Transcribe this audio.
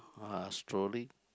ah strolling